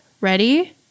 Ready